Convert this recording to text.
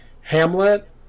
hamlet